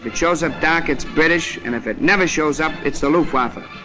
if it shows up dark, it's british, and if it never shows up, it's the luftwaffe.